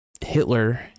Hitler